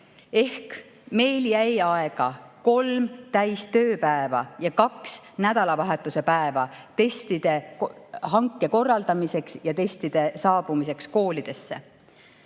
Ehk meil jäi aega kolm täistööpäeva ja kaks nädalavahetuse päeva testide hanke korraldamiseks ja testide saabumiseks koolidesse.